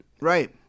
right